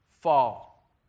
fall